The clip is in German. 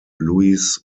louise